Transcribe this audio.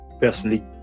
personally